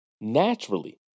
Naturally